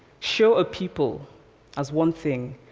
show a people as one thing,